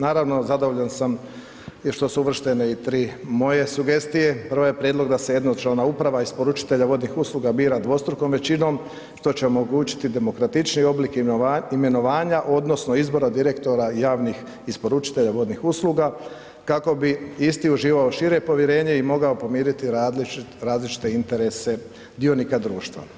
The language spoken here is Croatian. Naravno, zadovoljan sam i što su uvrštene i 3 moje sugestije, prva je prijedlog da se jednočlana uprava isporučitelja vodnih usluga bira dvostrukom većinom, što će omogućiti demokratičniji oblik imenovanja odnosno izbora direktora javnih isporučitelja vodnih usluga kako bi isti uživao šire povjerenje i mogao pomiriti različite interese dionika društva.